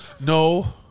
No